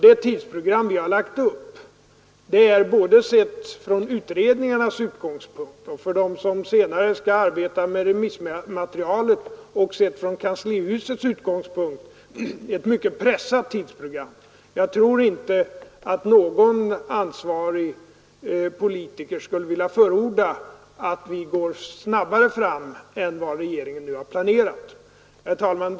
Det tidsprogram som vi har lagt upp är sett från utredningarnas utgångspunkt liksom också för dem som senare skall arbeta med remissmaterialet och även från kanslihusets utgångspunkt ett mycket pressat tidsprogram. Jag tror inte att någon ansvarig politiker skulle vilja förorda att vi går snabbare fram än vad regeringen nu har planerat. Herr talman!